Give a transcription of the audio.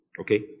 okay